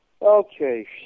Okay